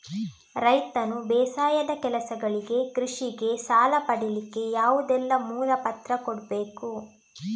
ರೈತನು ಬೇಸಾಯದ ಕೆಲಸಗಳಿಗೆ, ಕೃಷಿಗೆ ಸಾಲ ಪಡಿಲಿಕ್ಕೆ ಯಾವುದೆಲ್ಲ ಮೂಲ ಪತ್ರ ಕೊಡ್ಬೇಕು?